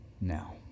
now